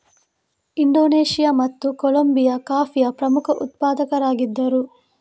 Indonesia ಮತ್ತು Colombia ಕಾಫಿಯ ಪ್ರಮುಖ ಉತ್ಪಾದಕರಾಗಿದ್ದರು